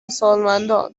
سالمندان